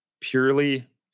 purely